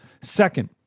Second